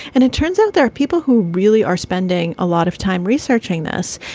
and it turns out there are people who really are spending a lot of time researching this.